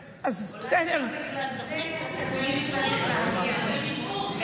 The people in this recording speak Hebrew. אולי גם בגלל זה, אתה תמיד צריך להגיע מהרשות.